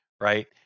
right